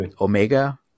Omega